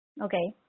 Okay